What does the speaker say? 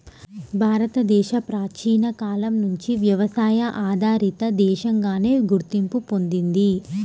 భారతదేశం ప్రాచీన కాలం నుంచి వ్యవసాయ ఆధారిత దేశంగానే గుర్తింపు పొందింది